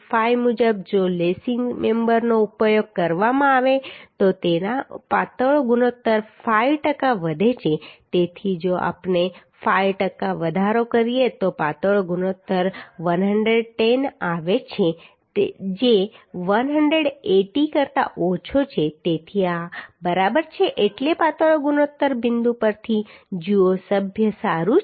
5 મુજબ જો લેસિંગ મેમ્બરનો ઉપયોગ કરવામાં આવે તો તેનો પાતળો ગુણોત્તર 5 ટકા વધે છે તેથી જો આપણે 5 ટકા વધારો કરીએ તો પાતળો ગુણોત્તર 110 આવે છે જે 180 કરતા ઓછો છે તેથી આ બરાબર છે એટલે પાતળો ગુણોત્તર બિંદુ પરથી જુઓ સભ્ય સારું છે